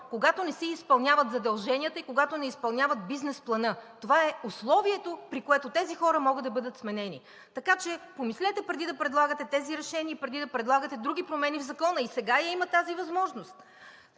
когато не си изпълняват задълженията и не изпълняват бизнес плана. Това е условието, при което тези хора могат да бъдат сменени. Така че помислете, преди да предлагате тези решения и преди да предлагате други промени в Закона. И сега я има тази възможност.